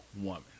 woman